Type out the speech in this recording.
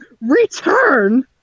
return